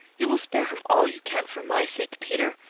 you will spare him all you can for my sake, peter,